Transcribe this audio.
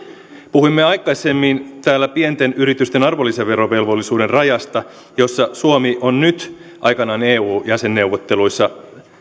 puhuimme aikaisemmin täällä pienten yritysten arvonlisäverovelvollisuuden rajasta jossa suomi on nyt aikanaan eu jäsenneuvotteluissa